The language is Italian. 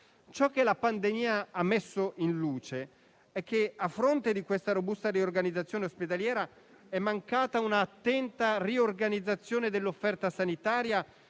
Ciò che la pandemia ha messo in luce è che, a fronte di una robusta riorganizzazione ospedaliera, è mancata un'attenta riorganizzazione dell'offerta sanitaria